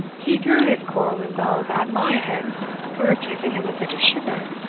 he threw his coral and bells at my head for refusing him a bit of sugar